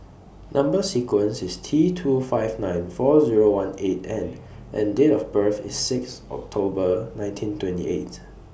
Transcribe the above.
Number sequence IS T two five nine four Zero one eight N and Date of birth IS six October nineteen twenty eighth